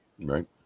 right